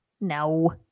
No